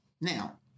Now